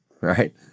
right